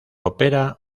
opera